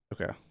Okay